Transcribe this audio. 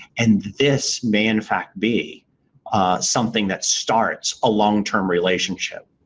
and this may, in fact, be something that starts a long-term relationship.